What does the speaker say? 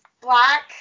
Black